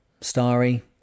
starry